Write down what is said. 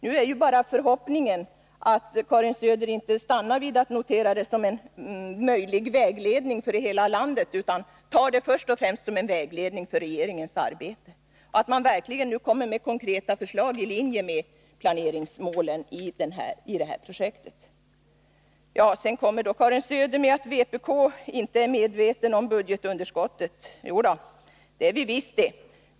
Nu är bara förhoppningen att Karin Söder inte stannar vid att notera det som en möjlig vägledning för hela landet utan tar det först och främst som en vägledning för regeringens arbete — att man verkligen nu kommer med konkreta förslag i linje med planeringsmålen i det här projektet. Sedan säger Karin Söder att vi inom vpk inte är medvetna om budgetunderskottet. Jo då, det är vi visst.